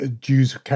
Jews